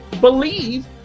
believe